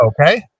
Okay